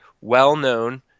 well-known